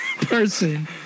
person